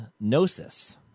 Gnosis